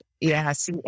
Yes